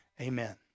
amen